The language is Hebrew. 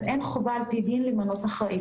אז אין חובה ע"פ דין למנות אחראית.